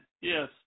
Yes